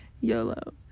YOLO